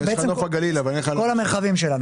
צפונה